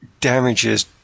damages